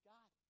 God